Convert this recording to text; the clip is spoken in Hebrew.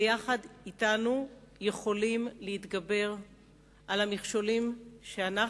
ויחד אתנו יכולים להתגבר על המכשולים שאנחנו,